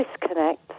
disconnect